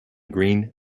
green